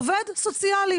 עובד סוציאלי,